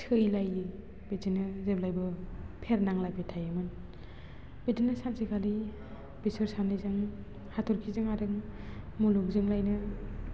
सैलायि बिदिनो जेब्लायबो फेर नांलायबाय थायोमोन बिदिनो सानसेखालि बिसोर सानैजों हाथरखिजों आरो मुलुगजों लायनो